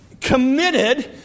committed